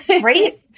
right